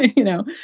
you know.